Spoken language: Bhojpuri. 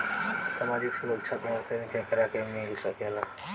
सामाजिक सुरक्षा पेंसन केकरा के मिल सकेला?